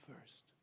first